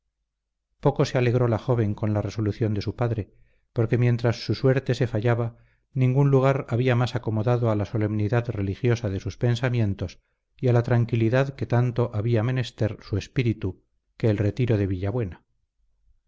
poco se alegró la joven con la resolución de su padre porque mientras su suerte se fallaba ningún lugar había más acomodado a la solemnidad religiosa de sus pensamientos y a la tranquilidad que tanto había menester su espíritu que el retiro de